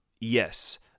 Yes